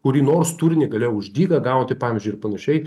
kurį nors turinį galėjo už dyką gauti pavyzdžiui ir panašiai